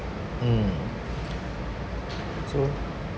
mm so